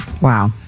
Wow